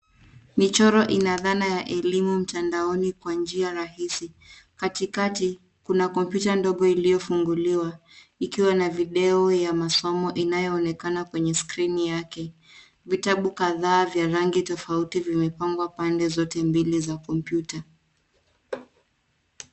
Michoro ina dhana ya elimu mtandaoni kwa njia rahisi. Katikati, kuna kompyuta ndogo iliyofunguliwa ikiwa na video ya masomo, inayoonekana kwenye skrini yake. Vitabu kadhaa vya rangi tofauti vimepangwa pande zote mbili za kompyuta.